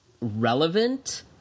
relevant